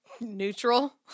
Neutral